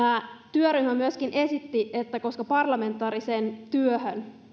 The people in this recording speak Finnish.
työryhmä myöskin esitti että koska parlamentaariseen työhön